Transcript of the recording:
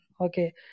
okay